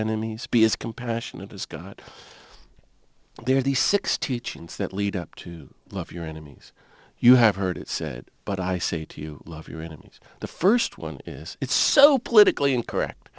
as compassionate has got there the six teachings that lead up to love your enemies you have heard it said but i say to you love your enemies the first one is it's so politically incorrect